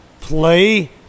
Play